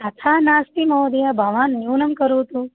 तथा नास्ति महोदय भवान् न्यूनं करोतु